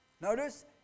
Notice